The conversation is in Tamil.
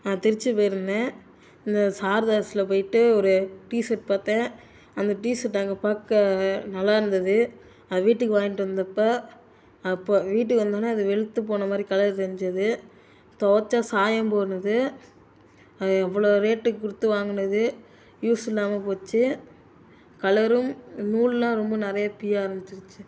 நான் திருச்சி போயிருந்தேன் இந்த சாரதாஸ்ல போய்ட்டு ஒரு டிஷர்ட் பார்த்தேன் அந்த டிஷர்ட் அங்கே பார்க்க நல்லா இருந்தது அதை வீட்டுக்கு வாங்கிட்டு வந்தப்போ அப்போது வீட்டுக்கு வந்தவொடன்னே அது வெளுத்துப் போனமாதிரி கலர் தெரிஞ்சது துவச்சேன் சாயம் போனது அது எவ்வளோ ரேட்டு கொடுத்து வாங்கினது யூஸ் இல்லாமல் போச்சு கலரும் நூல்லாம் ரொம்ப நிறையா பிய்ய ஆரம்பிச்சிருச்சு